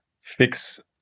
fix